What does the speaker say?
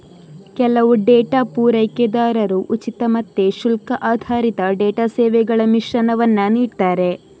ಕೆಲವು ಡೇಟಾ ಪೂರೈಕೆದಾರರು ಉಚಿತ ಮತ್ತೆ ಶುಲ್ಕ ಆಧಾರಿತ ಡೇಟಾ ಸೇವೆಗಳ ಮಿಶ್ರಣವನ್ನ ನೀಡ್ತಾರೆ